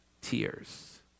tears